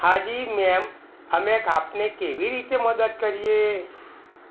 હા જી મેમ અમે આપને કેવી રીતે મદદ કરીએ